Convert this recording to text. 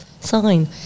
sign